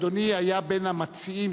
אדוני היה בין המציעים,